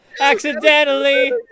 Accidentally